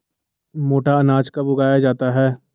मोटा अनाज कब उगाया जाता है?